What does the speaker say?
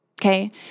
Okay